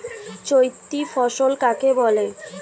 চৈতি ফসল কাকে বলে?